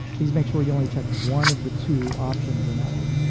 please make sure you only check one of the two options on that one.